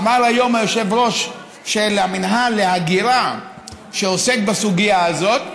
אמר היום היושב-ראש של המינהל להגירה שעוסק בסוגיה הזאת,